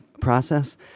process